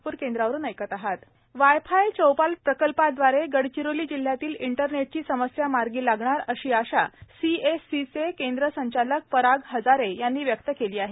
wifi Chaupal प्रकल्प wifi Chaupal प्रकल्पाद्वारे गडचिरोली जिल्ह्यातील इंटरनेटची समस्या मार्गी लागणार अशी आशा सीएससीचे केंद्र संचालक पराग हजारे यांनी व्यक्त केली आहे